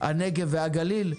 הנגב והגליל,